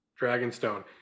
Dragonstone